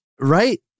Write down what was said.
Right